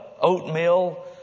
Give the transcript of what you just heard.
oatmeal